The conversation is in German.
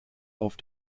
auf